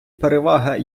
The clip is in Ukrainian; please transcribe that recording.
переваги